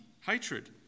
hatred